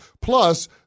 plus